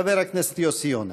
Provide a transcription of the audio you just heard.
חבר הכנסת יוסי יונה.